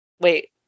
Wait